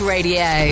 Radio